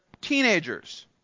teenagers